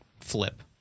Flip